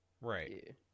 Right